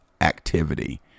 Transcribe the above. activity